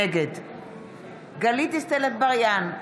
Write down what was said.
נגד גלית דיסטל אטבריאן,